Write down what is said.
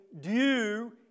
due